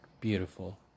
Beautiful